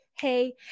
hey